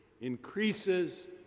increases